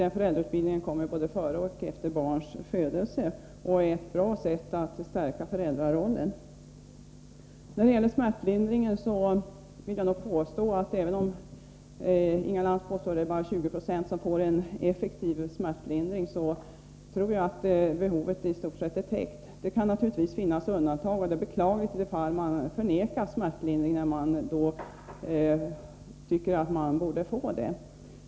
Denna föräldrautbildning tillhandahålls både före och efter barns födelse och är ett bra sätt att stärka föräldrarollen. Även om Inga Lantz påstår att bara 20 20 av dem som föder barn får en effektiv smärtlindring, tror jag att behovet av smärtlindring i stort sett är täckt. Det kan naturligtvis finnas undantag. Det är beklagligt att kvinnor i vissa fall förvägras smärtlindring när de tycker att de borde få det.